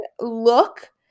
look